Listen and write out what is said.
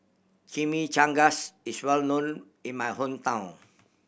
chimichangas is well known in my hometown